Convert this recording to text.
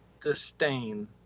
disdain